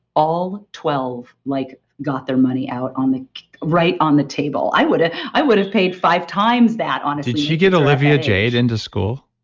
all twelve like got their money out on the right on the table. i would've i would've paid five times that honestly did she get olivia jade into school?